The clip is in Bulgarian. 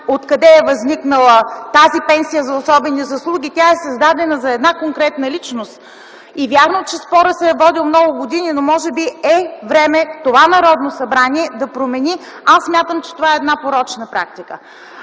откъде е възникнала тази пенсия за особени заслуги. Тя е създадена за една конкретна личност. Вярно, че спорът се е водил много години, но може би е време това Народно събрание да го промени. Аз смятам, че това е една порочна практика.